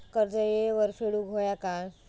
कर्ज येळेवर फेडूक होया काय?